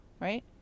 right